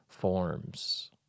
forms